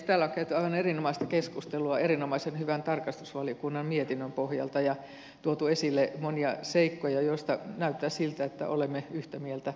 täällä on käyty aivan erinomaista keskustelua erinomaisen hyvän tarkastusvaliokunnan mietinnön pohjalta ja tuotu esille monia seikkoja joista näyttää siltä että olemme yhtä mieltä